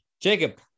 Jacob